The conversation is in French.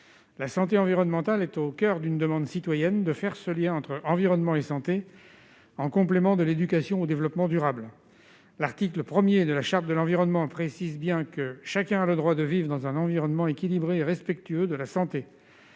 La santé environnementale est au coeur d'une demande citoyenne de lien entre environnement et santé, en complément de l'éducation au développement durable. L'article 1 de la Charte de l'environnement précise bien :« Chacun a le droit de vivre dans un environnement équilibré et respectueux de la santé.